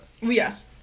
Yes